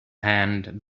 hand